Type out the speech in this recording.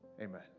Amen